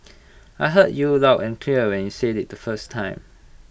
I heard you aloud and clear when you said IT the first time